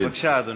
בבקשה, אדוני.